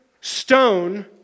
stone